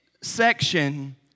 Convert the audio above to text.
section